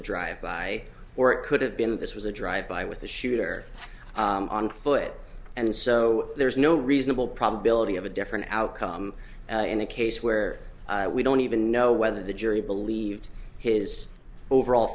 a drive by or it could have been this was a drive by with the shooter on foot and so there is no reasonable probability of a different outcome in a case where we don't even know whether the jury believed his overall